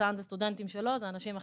ניצן זה סטודנטים שלו, זה אנשים אחרים.